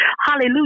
Hallelujah